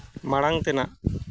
ᱢᱟᱲᱟᱝ ᱛᱮᱱᱟᱜ